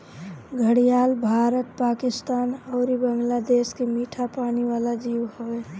घड़ियाल भारत, पाकिस्तान अउरी बांग्लादेश के मीठा पानी वाला जीव हवे